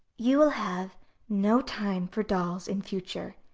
you will have no time for dolls in future,